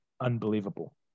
Unbelievable